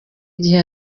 igihe